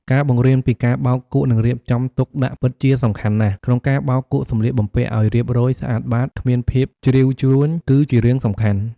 ការបង្រៀនពីការបោកគក់ និងរៀបចំទុកដាក់ពិតជាសំខាន់ណាស់ ក្នុងការបោកគក់សម្លៀកបំពាក់ឲ្យរៀបរយ ស្អាតបាត គ្មានភាពជ្រីវជ្រួញ គឺជារឿងសំខាន់។